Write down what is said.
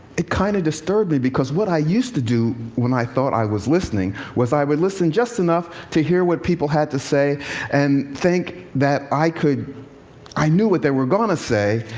it kind of disturbed me. because what i used to do, when i thought i was listening, was i would listen just enough to hear what people had to say and think that i could i knew what they were going to say,